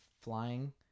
flying